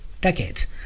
decades